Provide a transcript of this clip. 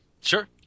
Sure